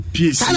Peace